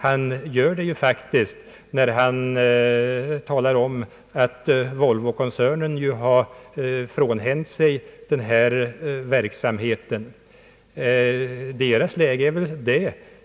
Det gör han faktiskt när han talar om att Volvo-koncernen har frånhänt sig denna verksamhet.